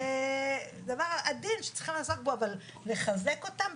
זה דבר עדין שצריכים לעסוק בו אבל לחזק אותם,